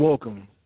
Welcome